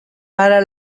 para